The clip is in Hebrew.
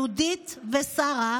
יהודית ושרה,